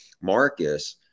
Marcus